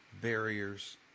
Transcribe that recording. barriers